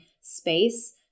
space